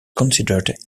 considered